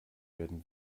werden